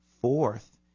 Fourth